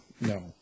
No